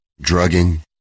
drugging